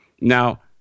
Now